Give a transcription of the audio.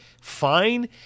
fine